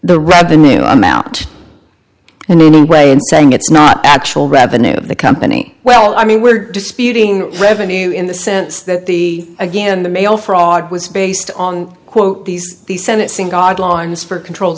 the revenue amount in any way and saying it's not actual revenue of the company well i mean we're disputing revenue in the sense that the again the mail fraud was based on quote these the senate sing god lines for controlled